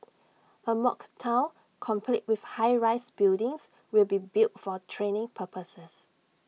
A mock Town complete with high rise buildings will be built for training purposes